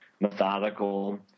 methodical